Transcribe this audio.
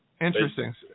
interesting